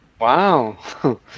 wow